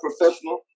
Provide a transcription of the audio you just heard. professional